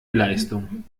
leistung